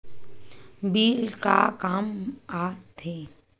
Bill का काम आ थे?